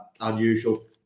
unusual